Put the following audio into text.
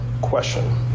question